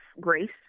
grace